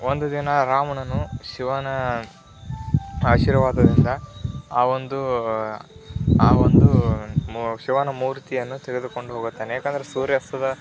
ಒಂದು ದಿನ ರಾವಣನು ಶಿವನ ಆಶೀರ್ವಾದದಿಂದ ಆವೊಂದು ಆವೊಂದು ಮೂ ಶಿವನ ಮೂರ್ತಿಯನ್ನು ತೆಗೆದುಕೊಂಡು ಹೋಗುತ್ತಾನೆ ಏಕೆಂದರೆ ಸೂರ್ಯಾಸ್ತದ